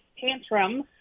tantrum